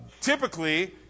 typically